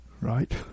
right